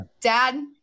dad